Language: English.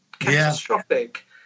catastrophic